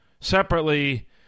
separately